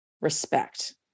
respect